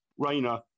Rainer